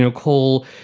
so cole,